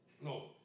No